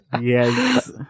Yes